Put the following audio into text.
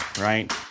right